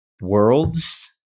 worlds